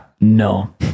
No